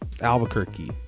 Albuquerque